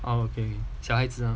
oh okay 小孩子 ah